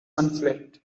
conflict